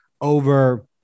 over